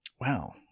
Wow